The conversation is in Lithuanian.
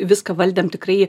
viską valdėm tikrai